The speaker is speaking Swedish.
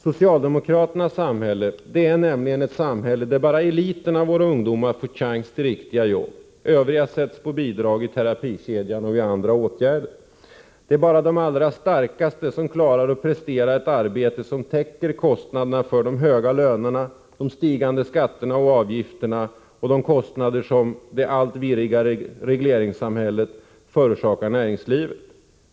Socialdemokraternas samhälle är nämligen ett samhälle där bara eliten av våra ungdomar får en chans till riktiga jobb. Övriga sätts på bidrag i terapikedjan och i andra åtgärder. Det är bara de allra starkaste som klarar att prestera ett arbete som täcker kostnaderna för de höga lönerna, de stigande skatterna och avgifterna och de kostnader som det allt virrigare regleringssamhället förorsakar näringslivet.